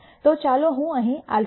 તો ચાલો હું અહીં αk મુકીશ